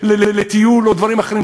לטיול או לדברים אחרים,